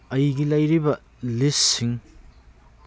ꯑꯩꯒꯤ ꯂꯩꯔꯤꯕ ꯂꯤꯁꯁꯤꯡ